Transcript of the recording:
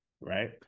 right